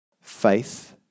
faith